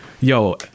yo